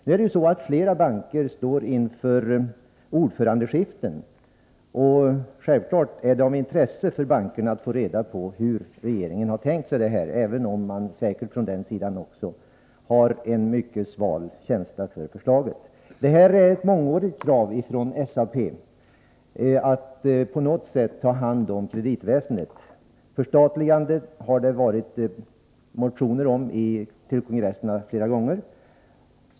Nu står flera banker inför ordförandeskiften. Självfallet är det av intresse för bankerna att få reda på hur regeringen har tänkt sig att detta skall genomföras, även om de säkert har en mycket sval känsla för förslaget. Det är ett mångårigt krav från SAP att man på något sätt skall ta kontroll över kreditväsendet. Det har motionerats om förstatligande vid SAP kongresserna flera gånger.